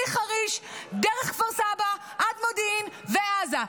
מחריש דרך כפר סבא עד מודיעין ועזה,